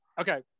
okay